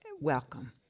welcome